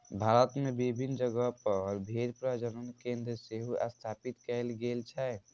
भारत मे विभिन्न जगह पर भेड़ प्रजनन केंद्र सेहो स्थापित कैल गेल छै